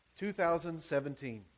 2017